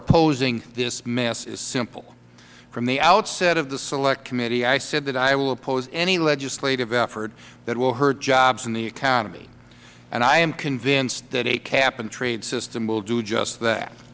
opposing this mess is simple from the outside of the select committee i said that i will oppose any legislative effort that will hurt jobs and the economy and i am convinced that a cap and trade system will do just that